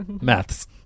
Maths